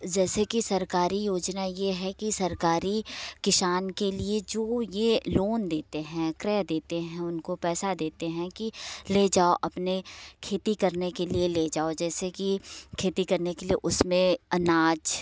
जैसे कि सरकारी योजना ये है कि सरकारी किसान के लिए जो ये लोन देते हैं क्रय देते हैं उनको पैसा देते हैं कि ले जाओ अपने खेती करने के लिए ले जाओ जैसे कि खेती करने के लिए उसमें अनाज